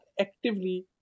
actively